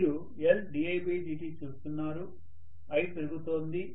మీరు Ldidt చూస్తున్నారు i పెరుగుతోంది